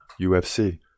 UFC